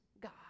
God